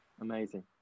Amazing